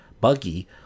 buggy